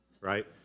right